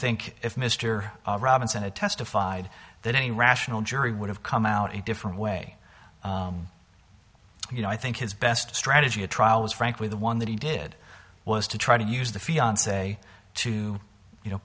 think if mr robinson a testified that any rational jury would have come out a different way you know i think his best strategy a trial was frankly the one that he did was to try to use the fiance to you know